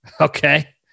okay